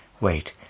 Wait